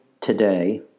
today